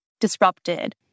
disrupted